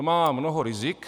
To má mnoho rizik.